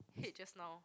head just now